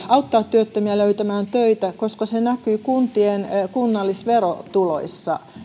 auttaa työttömiä löytämään töitä koska se näkyy kuntien kunnallisverotuloissa